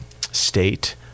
state